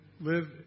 live